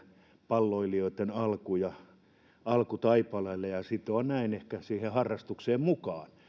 palloilijoitten alkujen aktivointia alkutaipaleelle ja näin sitomista ehkä siihen harrastukseen mukaan